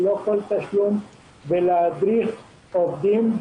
ללא כל תשלום ולהדריך עובדים,